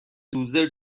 لوزر